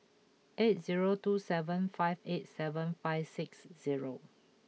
eight zero two seven five eight seven five six zero